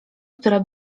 która